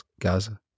Gaza